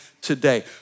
today